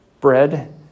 bread